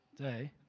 day